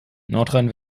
nordrhein